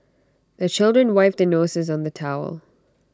the children wipe their noses on the towel